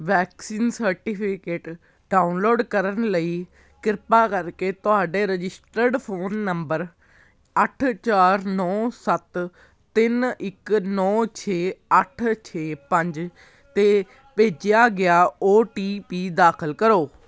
vaccine certificate download ਕਰਨ ਲਈ ਕਿਰਪਾ ਕਰਕੇ ਤੁਹਾਡੇ ਰਜਿਸਟਰਡ ਫ਼ੋਨ ਨੰਬਰ ਅੱਠ ਚਾਰ ਨੌਂ ਸੱਤ ਤਿੰਨ ਇੱਕ ਨੌਂ ਛੇ ਅੱਠ ਛੇ ਪੰਜ 'ਤੇ ਭੇਜਿਆ ਗਿਆ ਓ ਟੀ ਪੀ ਦਾਖਲ ਕਰੋ